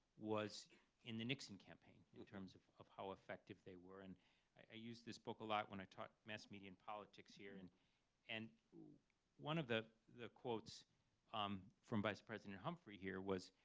was in the nixon campaign, in terms of of how effective they were. and i used this book a lot when i taught mass media in politics here. and and one of the the quotes um from vice president humphrey here was,